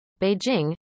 Beijing